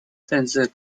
甚至